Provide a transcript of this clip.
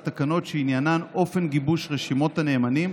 תקנות שעניינן אופן גיבוש רשימות הנאמנים,